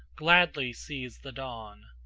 gladly sees the dawn.